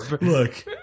Look